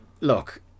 look